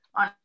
on